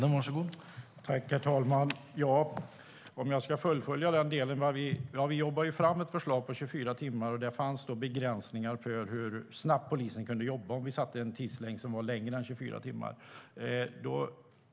STYLEREF Kantrubrik \* MERGEFORMAT Svar på interpellationerHerr talman! Jag ska fullfölja den delen. Vi jobbade fram ett förslag om 24 timmar. Det fanns begränsningar för hur snabbt polisen kunde jobba om vi satte en tidslängd som var längre än 24 timmar.